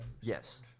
Yes